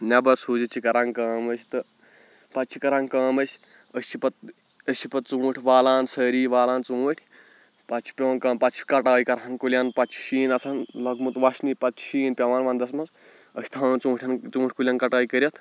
نیبر سوٗزِتھ چھِ کران کٲم أسۍ تہٕ پَتہٕ چھِ کران کٲم أسۍ أسۍ چھِ پَتہٕ أسۍ چھِ پَتہٕ ژوٗنٛٹھۍ والان سٲری والان ژوٗنٛٹھۍ پَتہٕ چھِ پیوان کٲم پَتہٕ چھِ کَٹٲے کران کُلٮ۪ن پَتہٕ چھُ شیٖن آسان لوٚگمُت وَشنی پَتہٕ چھ شیٖن پیوان وَنٛدس منٛز أسۍ چھِ تھاوان ژوٗنٛٹھٮ۪ن ژوٗنٛٹھۍ کُلٮ۪ن کَٹٲے کٔرِتھ